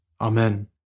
Amen